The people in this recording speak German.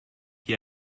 hier